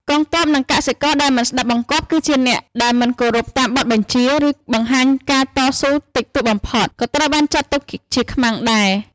កងទ័ព និងកសិករដែលមិនស្តាប់បង្គាប់ គឺជាអ្នកដែលមិនគោរពតាមបទបញ្ជា ឬបង្ហាញការតស៊ូតិចតួចបំផុត ក៏ត្រូវបានចាត់ទុកជាខ្មាំងដែរ។